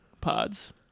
pods